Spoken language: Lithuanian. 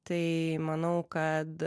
tai manau kad